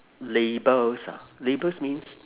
labels ah labels means